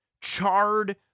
Charred